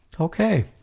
Okay